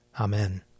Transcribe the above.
Amen